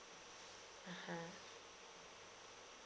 (uh huh)